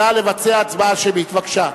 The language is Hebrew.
נא לבצע הצבעה שמית, בבקשה.